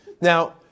Now